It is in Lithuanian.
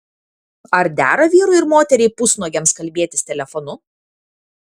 ar dera vyrui ir moteriai pusnuogiams kalbėtis telefonu